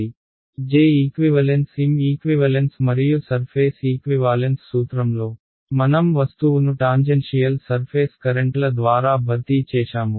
J equivalence M equivalence మరియు surface equivalence సూత్రంలో మనం వస్తువును టాంజెన్షియల్ సర్ఫేస్ కరెంట్ల ద్వారా భర్తీ చేశాము